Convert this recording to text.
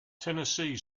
tennessee